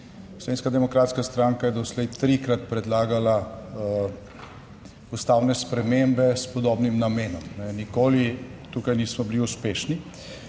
Slovenska demokratska stranka je doslej trikrat predlagala ustavne spremembe s podobnim namenom. Nikoli tukaj nismo bili uspešni.